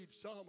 Psalm